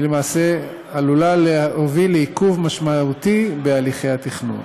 היא למעשה עלולה להוביל לעיכוב משמעותי בהליכי התכנון.